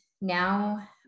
Now